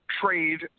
trade